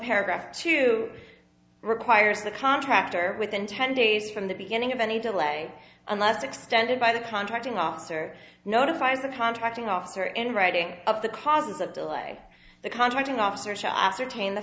paragraph to requires the contractor within ten days from the beginning of any delay unless extended by the contracting officer notifies the contracting officer in writing of the causes of delay the contracting officer shots are tane the